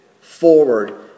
forward